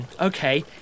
okay